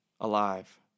alive